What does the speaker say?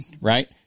right